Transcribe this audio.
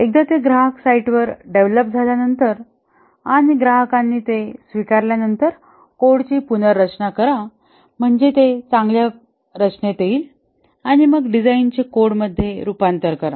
एकदा ते ग्राहक साईट वर डेव्हलप झाल्यानंतर आणि ग्राहकांनी ते स्वीकारल्यानंतर कोडची पुनर्रचना करा म्हणजे तो चांगल्या रचनेत येईल आणि मग डिझाईन चे कोड मध्ये रूपांतर करा